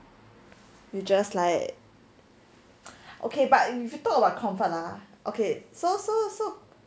you just like okay but you you talk about comfort lah okay so so so